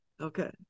Okay